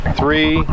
three